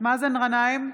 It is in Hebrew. מאזן גנאים,